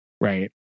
right